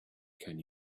can